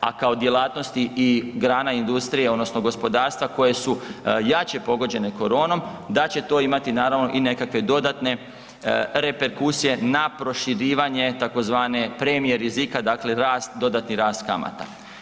a kao djelatnosti i grana industrije odnosno gospodarstva koje su jače pogođene koronom da će to imati naravno i nekakve dodate reperkusije na proširivanje tzv. premije rizika, dakle rast, dodatni rast kamata.